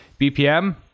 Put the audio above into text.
BPM